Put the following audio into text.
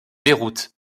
beyrouth